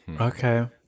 Okay